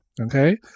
Okay